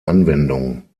anwendung